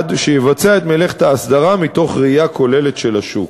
שיבצע את מלאכת האסדרה מתוך ראייה כוללת של השוק.